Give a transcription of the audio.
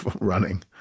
running